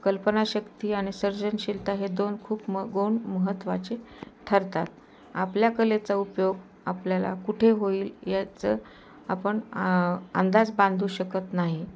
कल्पनाशक्ती आणि सर्जनशीलता हे दोन खूप म गुण महत्त्वाचे ठरतात आपल्या कलेचा उपयोग आपल्याला कुठे होईल याचं आपण आ अंदाज बांधू शकत नाही